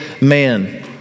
man